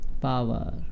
power